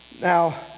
Now